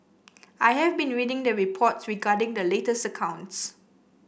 I have been reading the reports regarding the latest accounts